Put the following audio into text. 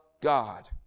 God